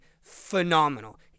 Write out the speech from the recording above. phenomenal